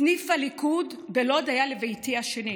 סניף הליכוד בלוד היה לביתי השני.